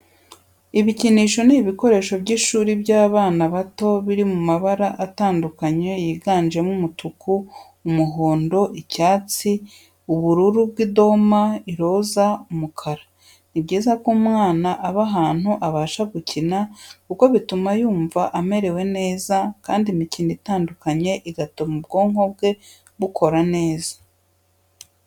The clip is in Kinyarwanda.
Ibikinisho n'ibikoresho by'ishuri by'abana bato biri mu mabara atandukanye yiganjemo umutuku, umuhondo, icyatsi, ubururu bw'idoma, iroza, umukara, Ni byiza ko umwana aba ahantu abasha gukina kuko bituma yumva amerewe neza kandi imikino itandukanye igatuma ubwonko bwe bukora neza.